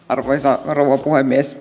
arvoisa rouva puhemies